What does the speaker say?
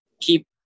keep